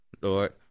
Lord